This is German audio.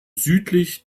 südlich